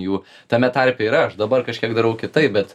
jų tame tarpe yra aš dabar kažkiek darau kitaip bet